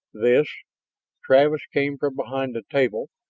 this travis came from behind the table,